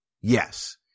Yes